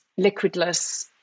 liquidless